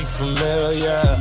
familiar